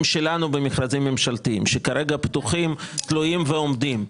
שלנו במכרזים ממשלתיים שכרגע פתוחים תלויים ועומדים,